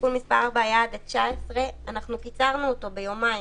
בתיקון מספר 4 היה עד ה-19 ואנחנו קיצרנו אותו ביומיים